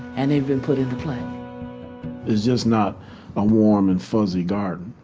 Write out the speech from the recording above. and they've been put into play is just not a warm and fuzzy garden.